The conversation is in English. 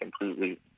completely